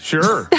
Sure